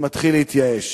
שמתחיל להתייאש.